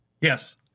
Yes